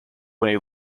when